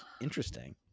interesting